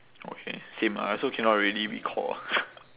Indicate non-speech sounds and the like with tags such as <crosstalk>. okay same I also cannot really recall <noise>